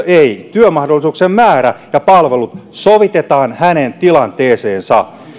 työmahdollisuuksien määrä ja palvelu sovitetaan hänen tilanteeseensa